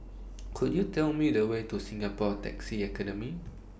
Could YOU Tell Me The Way to Singapore Taxi Academy